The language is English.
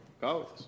go